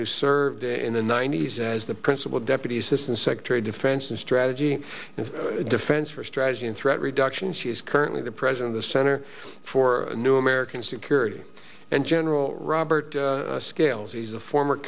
who served in the ninety's as the principal deputy assistant secretary of defense and strategy and defense for strategy threat reduction she is currently the president the center for new american security and general robert scales he's a former